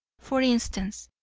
for instance,